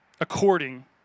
according